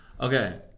Okay